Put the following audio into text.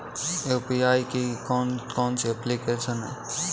UPI की कौन कौन सी एप्लिकेशन हैं?